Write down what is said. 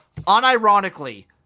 Unironically